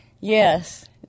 Yes